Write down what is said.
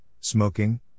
Smoking